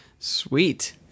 Sweet